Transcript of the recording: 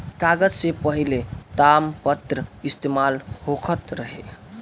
कागज से पहिले तामपत्र इस्तेमाल होखत रहे